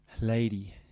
lady